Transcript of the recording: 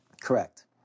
Correct